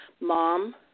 Mom